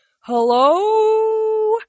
Hello